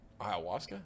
Ayahuasca